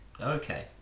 okay